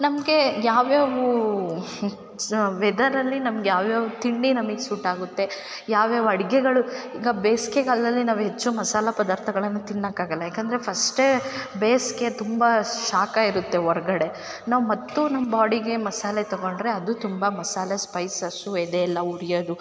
ನಮಗೆ ಯಾವ್ಯಾವ ವೆದರಲ್ಲಿ ನಮ್ಗೆ ಯಾವ್ಯಾವ ತಿಂಡಿ ನಮಗ್ ಸೂಟಾಗುತ್ತೆ ಯಾವ್ಯಾವ ಅಡಿಗೆಗಳು ಈಗ ಬೇಸಿಗೆಗಾಲ್ದಲ್ಲಿ ನಾವು ಹೆಚ್ಚು ಮಸಾಲ ಪದಾರ್ಥಗಳನ್ನ ತಿನ್ನೋಕಾಗಲ್ಲ ಯಾಕಂದ್ರೆ ಫಸ್ಟೇ ಬೇಸಿಗೆ ತುಂಬ ಶಾಖ ಇರುತ್ತೆ ಹೊರ್ಗಡೆ ನಾವು ಮತ್ತು ನಮ್ಮ ಬಾಡಿಗೆ ಮಸಾಲೆ ತಗೊಂಡರೆ ಅದು ತುಂಬ ಮಸಾಲೆ ಸ್ಪೈಸಸ್ಸು ಎದೆಯೆಲ್ಲ ಉರಿಯೋದು